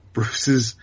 Bruce's